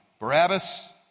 Barabbas